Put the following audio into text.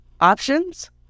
options